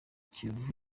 kiyovu